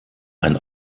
ein